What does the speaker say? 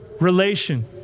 relation